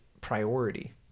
priority